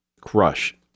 crush